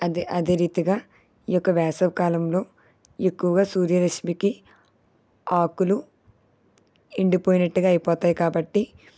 అదే అదే రీతిగా ఈ యొక్క వేసవికాలంలో ఎక్కువగా సూర్యరశ్మికి ఆకులు ఎండిపోయినట్టుగా అయిపోతాయి కాబట్టి